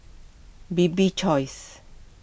Bibik's Choice